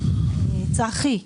צחי,